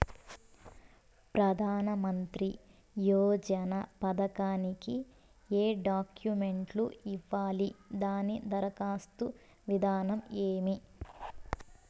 ప్రధానమంత్రి యోజన పథకానికి ఏ డాక్యుమెంట్లు ఇవ్వాలి దాని దరఖాస్తు విధానం ఏమి